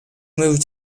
moved